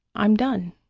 i'm done,